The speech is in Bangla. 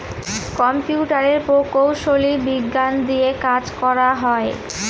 কম্পিউটারের প্রকৌশলী বিজ্ঞান দিয়ে কাজ করা হয়